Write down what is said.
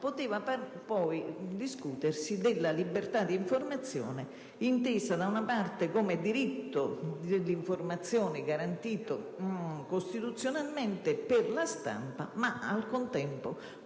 illegali, garantire la libertà di informazione intesa da una parte come diritto di informazione garantito costituzionalmente per la stampa ma al contempo,